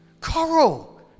Coral